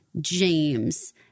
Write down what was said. James